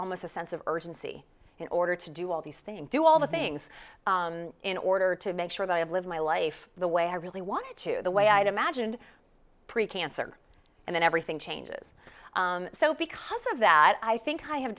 almost a sense of urgency in order to do all these things do all the things in order to make sure that i live my life the way i really want to the way i'd imagined pre cancer and then everything changes so because of that i think i have